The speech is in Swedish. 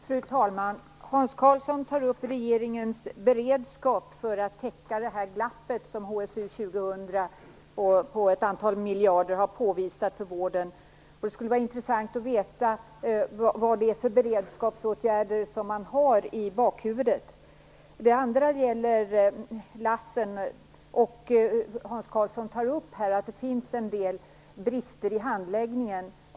Fru talman! Hans Karlsson tar upp regeringens beredskap för att täcka det glapp på ett antal miljarder i vården som har påvisats av HSU 2000. Det skulle vara intressant att veta vad det är för beredskapsåtgärder som man har i bakfickan. Det andra gäller LASS. Hans Karlsson tar upp att det finns en del brister i handläggningen.